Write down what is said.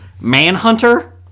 manhunter